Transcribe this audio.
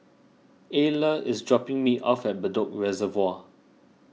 Ala is dropping me off at Bedok Reservoir